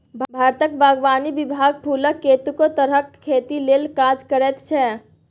भारतक बागवानी विभाग फुलक कतेको तरहक खेती लेल काज करैत छै